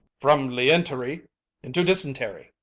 from lientery into dysentery.